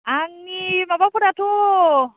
आंनि माबाफोराथ'